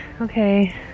Okay